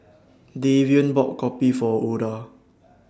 Davian bought Kopi For Oda